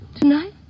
Tonight